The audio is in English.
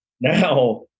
Now